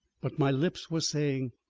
but my lips were saying,